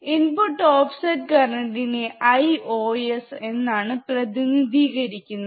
input offset കരണ്ടി നെ Ios എന്നാണ് പ്രതിനിധീകരിക്കുന്നത്